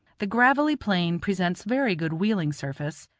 the gravelly plain presents very good wheeling surface,